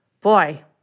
boy